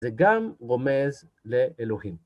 זה גם רומז לאלוהים.